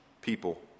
people